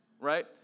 right